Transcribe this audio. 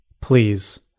Please